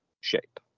shape